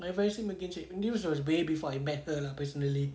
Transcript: ever since news was way before I met her lah personally